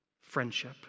friendship